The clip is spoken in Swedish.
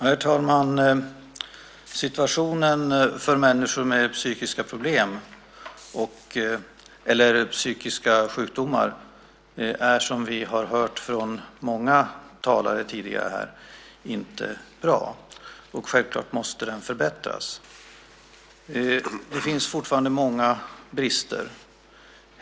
Herr talman! Situationen för människor med psykiska problem eller psykiska sjukdomar är, som vi har hört från många talare tidigare här, inte bra. Självklart måste den förbättras. Det finns fortfarande många brister.